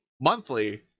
monthly